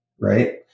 Right